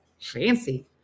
Fancy